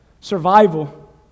survival